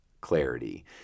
clarity